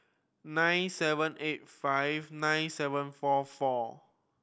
nine seven eight five nine seven four four